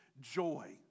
joy